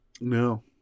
No